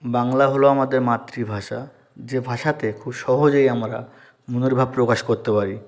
বাংলা হল আমাদের মাতৃভাষা যে ভাষাতে খুব সহজেই আমরা মনের ভাব প্রকাশ করতে পারি